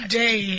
day